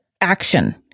action